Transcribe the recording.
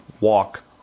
walk